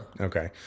okay